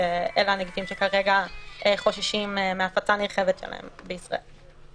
שאלה הנגיפים שכרגע חוששים מהפצה נרחבת שלהם בישראל.